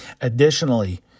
Additionally